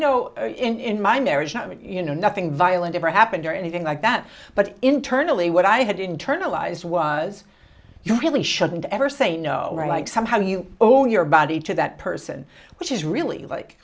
know in my marriage you know nothing violent ever happened or anything like that but internally what i had internalized was you really shouldn't ever say no like somehow you owe your body to that person which is really like